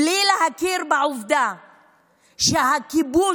בלי להכיר בעובדה שהכיבוש,